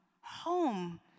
home